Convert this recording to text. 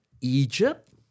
Egypt